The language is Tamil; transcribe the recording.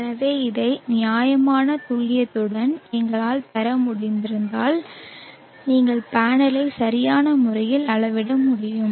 எனவே இதை நியாயமான துல்லியத்துடன் எங்களால் பெற முடிந்தால் நீங்கள் பேனலை சரியான முறையில் அளவிட முடியும்